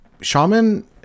shaman